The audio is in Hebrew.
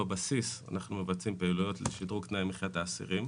בבסיס אנחנו מבצעים פעילויות לשדרוג תנאי מחיית האסירים,